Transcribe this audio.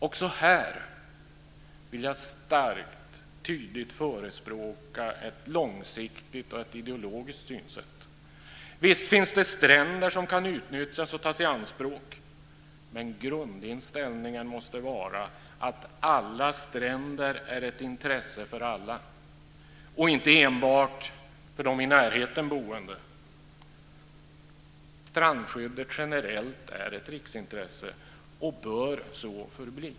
Också här vill jag starkt och tydligt förespråka ett långsiktigt och ett ideologiskt synsätt. Visst finns det stränder som kan utnyttjas och tas i anspråk, men grundinställningen måste vara att alla stränder är ett intresse för alla, inte enbart för de i närheten boende. Strandskyddet generellt är ett riksintresse och bör så förbli.